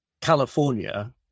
California